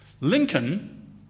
Lincoln